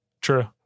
True